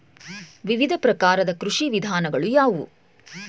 ವಿವಿಧ ಪ್ರಕಾರದ ಕೃಷಿ ವಿಧಾನಗಳು ಯಾವುವು?